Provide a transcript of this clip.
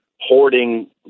hoarding